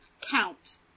count